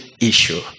issue